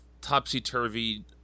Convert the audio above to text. topsy-turvy